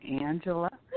Angela